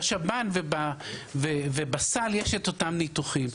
בשב"ן ובסל יש את אותם ניתוחים.